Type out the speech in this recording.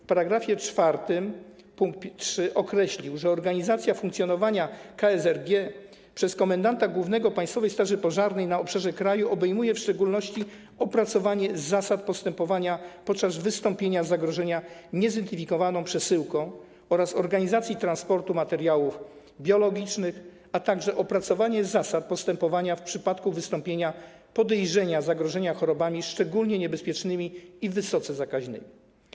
W § 4 pkt 3 określił, że organizacja funkcjonowania KSRG przez komendanta głównego Państwowej Straży Pożarnej na obszarze kraju obejmuje w szczególności opracowanie zasad postępowania podczas wystąpienia zagrożenia niezidentyfikowaną przesyłką oraz organizacji transportu materiałów biologicznych, a także opracowanie zasad postępowania w przypadku wystąpienia podejrzenia zagrożenia chorobami szczególnie niebezpiecznymi i wysoce zakaźnymi.